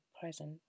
present